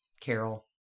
Carol